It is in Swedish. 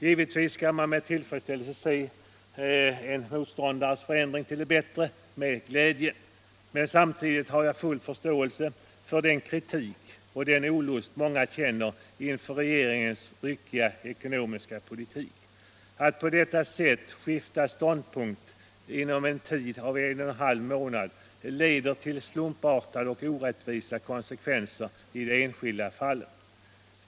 Givetvis skall man med tillfredsställelse se en motståndares förändring till det bättre, men samtidigt har jag full förståelse för den olust som många känner inför regeringens ryckiga ekonomiska politik. Att på detta sätt skifta ståndpunkt inom en tid av en och en halv månad leder till slumpartade och orättvisa konsekvenser i de enskilda fallen.